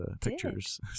pictures